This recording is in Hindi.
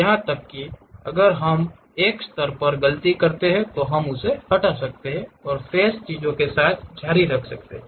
यहां तक कि अगर हम एक स्तर पर गलती कर रहे हैं तो हम उसे हटा सकते हैं और शेष चीजों के साथ जारी रख सकते हैं